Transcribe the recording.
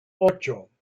ocho